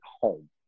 home